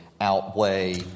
outweigh